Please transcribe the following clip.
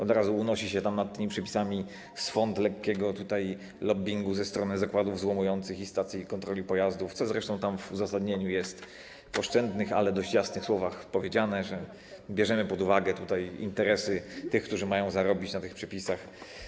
Od razu unosi się tam nad tymi przepisami swąd lekkiego lobbingu ze strony zakładów złomujących i stacji kontroli pojazdów, co zresztą tam w uzasadnieniu jest w oszczędnych, ale dość jasnych słowach powiedziane, że bierzemy pod uwagę tutaj interesy tych, którzy mają zarobić na tych przepisach.